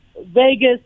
Vegas